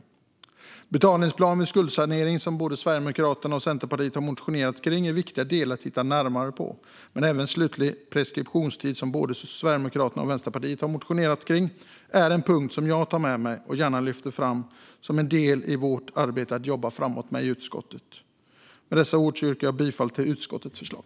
En betalningsplan vid skuldsanering, som både Sverigedemokraterna och Centerpartiet har motionerat om, är en viktig del att titta närmare på. Även slutlig preskriptionstid, som både Sverigedemokraterna och Vänsterpartiet har motionerat om, är en punkt som jag tar med mig och gärna lyfter fram som en del att jobba framåt med i utskottet. Med dessa ord yrkar jag bifall till utskottets förslag.